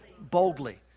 Boldly